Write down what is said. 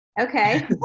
Okay